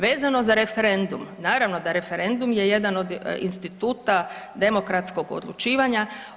Vezano za referendum, naravno da referendum je jedan od instituta demokratskog odlučivanja.